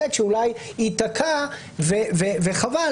ח' שאולי יתקע וחבל,